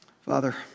Father